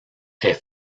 est